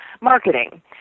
marketing